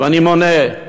ואני מונה,